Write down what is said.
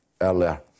earlier